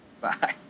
Bye